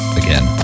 again